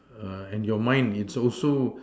err and your mind it's also